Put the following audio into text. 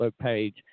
page